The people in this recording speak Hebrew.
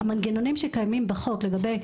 המנגנונים שקיימים בחוק לגבי,